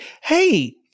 hey